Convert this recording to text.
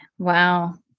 Wow